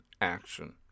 action